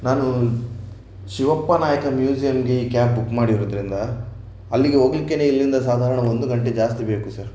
ನಾನು ಶಿವಪ್ಪನಾಯಕ ಮ್ಯೂಸಿಯಂಗೆ ಈ ಕ್ಯಾಬ್ ಬುಕ್ ಮಾಡಿರೋದ್ರಿಂದ ಅಲ್ಲಿಗೆ ಹೋಗ್ಲಿಕ್ಕೇನೇ ಇಲ್ಲಿಂದ ಸಾಧಾರಣ ಒಂದು ಗಂಟೆ ಜಾಸ್ತಿ ಬೇಕು ಸರ್